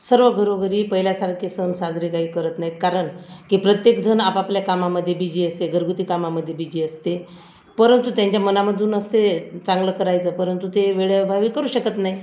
सर्व घरोघरी पाहिल्यासारखे सण साजरे काही करत नाहीत कारण की प्रत्येकजण आपापल्या कामामध्ये बिझी असते घरगुती कामामध्ये बिझी असते परंतु त्यांच्या मनामधून असते चांगलं करायचं परंतु ते वेळेअभावी करू शकत नाही